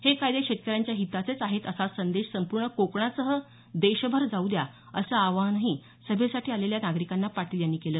हे कायदे शेतकऱ्यांच्या हिताचेच आहेत असा संदेश संपूर्ण कोकणासह देशभर जाऊ द्या असं आवाहनही सभेसाठी आलेल्या नागरिकांना पाटील यांनी केलं